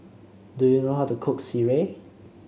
do you know how to cook Sireh